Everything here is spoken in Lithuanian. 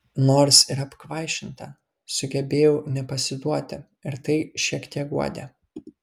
nors ir apkvaišinta sugebėjau nepasiduoti ir tai šiek tiek guodė